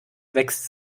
wächst